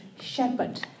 shepherd